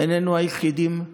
איננו היחידים.